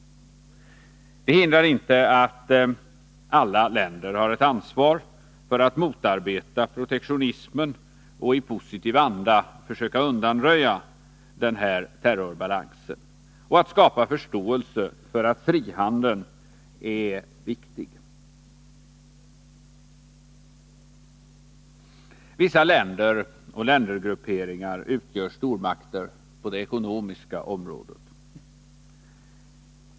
Detta hindrar inte att alla länder har ett ansvar för att motarbeta protektionismen och i positiv anda försöka undanröja den här terrorbalansen och skapa förståelse för att frihandeln är viktig. Vissa länder och ländergrupperingar utgör stormakter på det ekonomiska området.